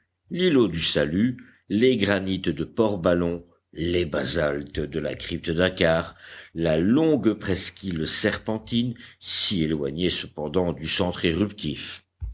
l'îlot du salut les granits de port ballon les basaltes de la crypte dakkar la longue presqu'île serpentine si éloignée cependant du centre éruptif